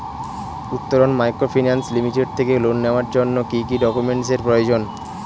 Uttaran microfinance limited থেকে loan নেওয়ার জন্য কি কি ডকুমেন্টস এর প্রয়োজন?